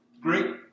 great